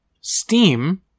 Steam